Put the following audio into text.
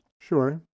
Sure